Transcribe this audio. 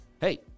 Hey